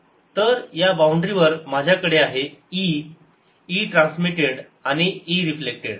da0EL ER EIERET तर या boundary वर माझ्याकडे आहे e e ट्रान्समिटेड आणि e रिफ्लेक्टेड